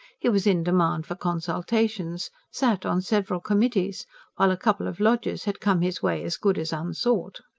he was in demand for consultations sat on several committees while a couple of lodges had come his way as good as unsought.